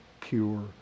pure